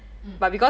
mm